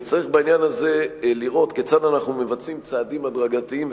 בעניין הזה צריך לראות כיצד אנחנו מבצעים צעדים הדרגתיים,